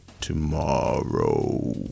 tomorrow